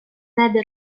небі